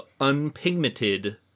unpigmented